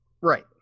right